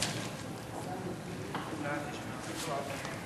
לוועדת החינוך, התרבות והספורט נתקבלה.